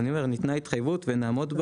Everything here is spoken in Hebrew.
ניתנה התחייבות ונעמוד בה.